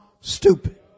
stupid